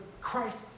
Christ